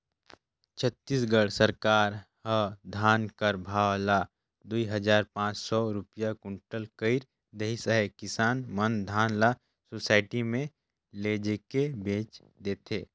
छत्तीसगढ़ सरकार ह धान कर भाव ल दुई हजार पाच सव रूपिया कुटल कइर देहिस अहे किसान मन धान ल सुसइटी मे लेइजके बेच देथे